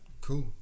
Cool